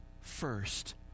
first